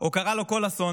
או קרה לו כל אסון,